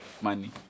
money